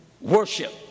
worship